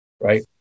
right